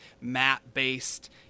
map-based